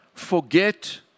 forget